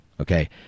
okay